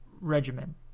regimen